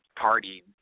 party